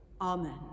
Amen